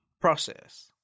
process